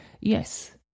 yes